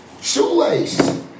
Shoelace